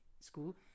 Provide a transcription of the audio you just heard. School